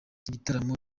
igitaramo